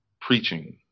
preaching